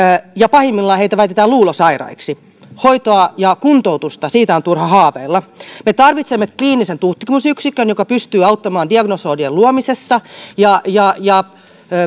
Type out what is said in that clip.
pahimmillaan heitä väitetään luulosairaiksi hoidosta ja kuntoutuksesta on turha haaveilla me tarvitsemme kliinisen tutkimusyksikön joka pystyy auttamaan diagnoosien luomisessa ja ja